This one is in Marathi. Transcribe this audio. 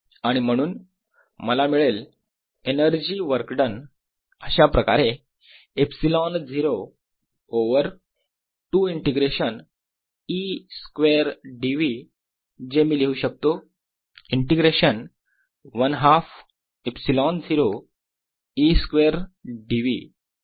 dS02E2dV02E2dV आणि म्हणून मला मिळेल एनर्जी वर्क डन अशाप्रकारे ε0 over 2 integration E square dV जे मी लिहू शकतो integration 1 half ε0 E square dV